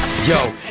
Yo